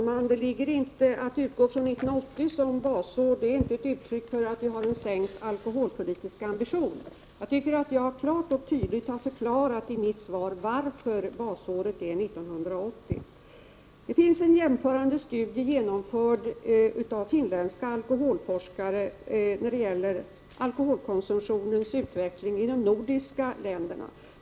Fru talman! Att utgå från 1980 som basår är inte ett uttryck för en sänkt alkoholpolitisk ambition. Jag tycker att jag i mitt svar klart och tydligt har förklarat varför basåret är 1980. Det finns en jämförande studie genomförd av finländska alkoholforskare när det gäller alkoholkonsumtionens utveckling i de nordiska länderna.